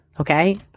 okay